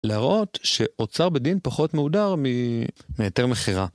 להראות שאוצר בית דין פחות מהודר מהיתר מכירה.